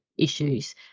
Issues